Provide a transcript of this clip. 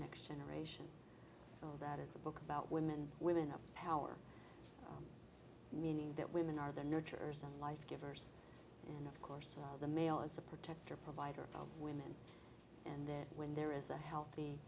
next generation so that is a book about women women of power meaning that women are the nurturers of life givers and of course the male is a protector provider of women and that when there is a healthy